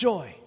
Joy